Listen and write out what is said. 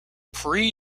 pre